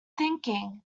thinking